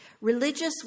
Religious